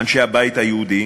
אנשי הבית היהודי?